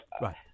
Right